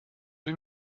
dem